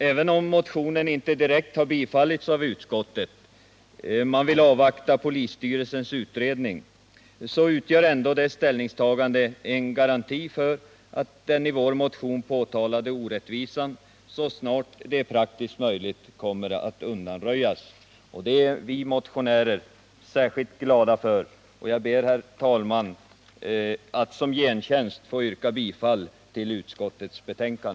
Även om motionen inte direkt har tillstyrkts av utskottet — man vill avvakta rikspolisstyrelsens utredning — så utgör ändå dess ställningstagande en garanti för att den i vår motion påtalade orättvisan så snart det är praktiskt möjligt kommer att undanröjas. Vi motionärer är som sagt glada för att utskottet delar vår mening. Jag ber, herr talman, att som gentjänst få yrka bifall till utskottets hemställan.